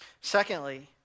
Secondly